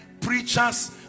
preachers